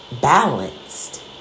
balanced